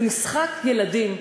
זה משחק ילדים.